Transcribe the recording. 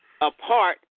apart